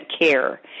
care